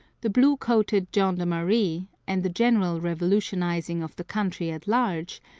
the blue-coated gendarmerie, and the general revolutionizing of the country at large,